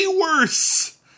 worse